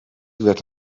werd